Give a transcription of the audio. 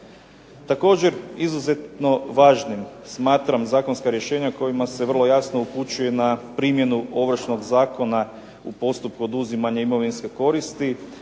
Također, izuzetno važnim smatram zakonska rješenja kojima se vrlo jasno upućuje na primjenu Ovršnog zakona u postupku oduzimanja imovinske koristi.